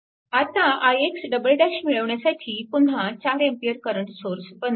आता ix मिळवण्यासाठी पुन्हा 4A करंट सोर्स बंद करा